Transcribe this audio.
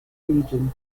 region